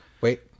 Wait